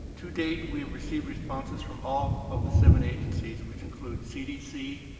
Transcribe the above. to date, we have received responses from all of the seven agencies which include cdc,